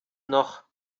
noch